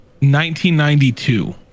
1992